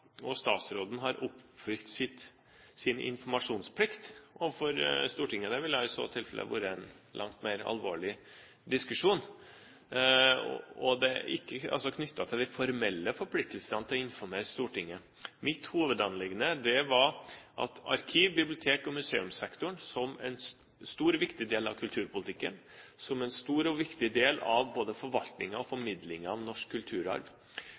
og statsråden har oppfylt sin informasjonsplikt overfor Stortinget – det ville i så tilfelle vært en langt mer alvorlig diskusjon – og ikke knyttet til de formelle forpliktelsene til å informere Stortinget. Mitt hovedanliggende var at arkiv-, bibliotek- og museumssektoren, som en stor og viktig del av kulturpolitikken, som en stor og viktig del av både forvaltningen og formidlingen av norsk kulturarv,